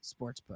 Sportsbook